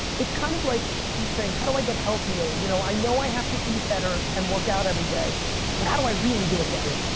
it's kind of like you saying, how do i get healthier? you know i know i have to eat better and work out every day but how do i really do it gary?